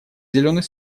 зеленый